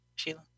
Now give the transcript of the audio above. Sheila